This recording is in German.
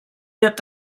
wird